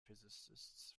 physicists